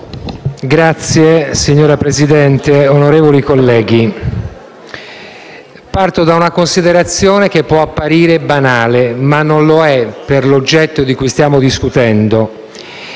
Signor Presidente, onorevoli colleghi, parto da una considerazione che può apparire banale, ma non lo è, per l'oggetto di cui stiamo discutendo.